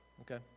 Okay